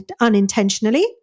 unintentionally